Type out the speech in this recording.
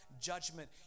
judgment